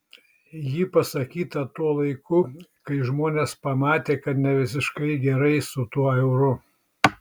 ji pasakyta tuo laiku kai žmonės pamatė kad ne visiškai gerai su tuo euru